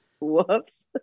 whoops